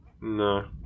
No